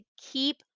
keep